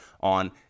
on